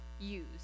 use